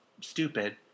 stupid